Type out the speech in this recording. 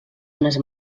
unes